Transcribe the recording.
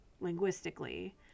linguistically